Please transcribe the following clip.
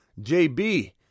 JB